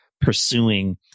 pursuing